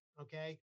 okay